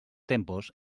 tempos